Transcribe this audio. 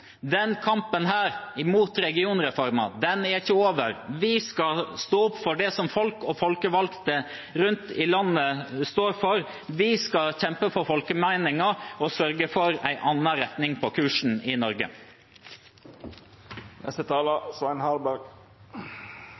kampen mot regionreformen er ikke over. Vi skal stå opp for det som folk og folkevalgte rundt i landet står for. Vi skal kjempe for folkemeningen og sørge for en annen retning på kursen i Norge.